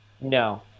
No